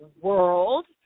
world